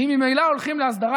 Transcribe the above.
ואם ממילא הולכים להסדרה,